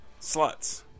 sluts